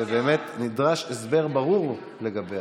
ובאמת נדרש הסבר ברור עליה.